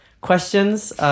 questions